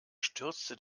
stürzte